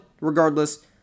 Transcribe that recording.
regardless